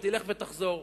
ותלך ותחזור.